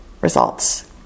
results